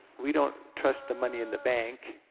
we don't trust the money in the bank,